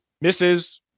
misses